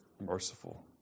merciful